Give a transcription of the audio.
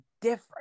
different